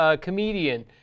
comedian